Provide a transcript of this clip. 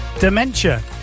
dementia